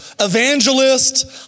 evangelist